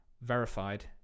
verified